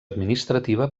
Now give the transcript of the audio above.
administrativa